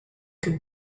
could